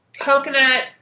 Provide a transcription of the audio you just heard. coconut